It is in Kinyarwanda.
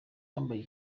wambaye